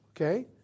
Okay